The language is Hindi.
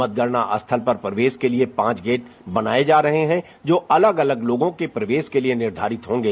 मतगणना स्थल पर प्रवेश के लिए पांच गेट बनाए जा रहे हैं जो अलग अलग लोगों के प्रवेश के लिए निर्धारित होगे